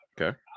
Okay